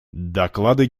доклады